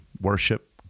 worship